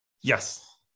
Yes